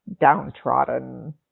downtrodden